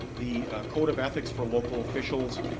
the code of ethics for local officials,